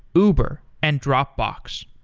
uber, and dropbox.